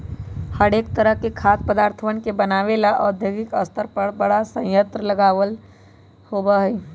हरेक तरह के खाद्य पदार्थवन के बनाबे ला औद्योगिक स्तर पर बड़ा संयंत्र लगल होबा हई